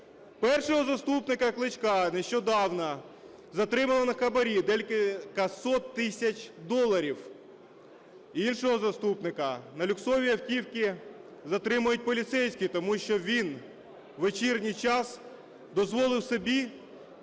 Першого заступника Кличка нещодавно затримали на хабарі в декілька сотень тисяч доларів. Іншого заступника на люксовій автівці затримують поліцейські, тому що він в вечірній час дозволив собі